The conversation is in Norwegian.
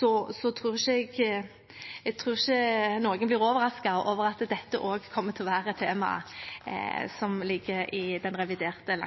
tror jeg ikke noen blir overrasket over at dette også kommer til å være et tema som ligger i den reviderte